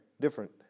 different